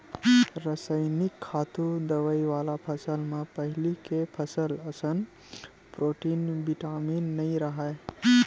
रसइनिक खातू, दवई वाला फसल म पहिली के फसल असन प्रोटीन, बिटामिन नइ राहय